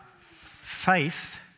faith